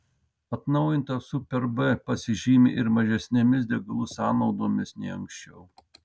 atnaujintas superb pasižymi ir mažesnėmis degalų sąnaudomis nei anksčiau